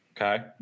Okay